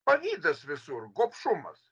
pavydas visur gobšumas